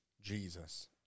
Jesus